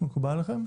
מקובל עליהם?